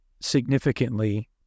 significantly